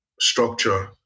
structure